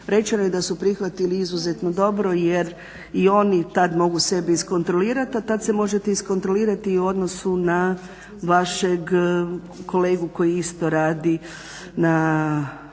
Rečeno je da su prihvatili izuzetno dobro, jer i oni tad mogu sebi iskontrolirati, a tad se možete iskontrolirati i u odnosu na vašeg kolegu koji isto radi na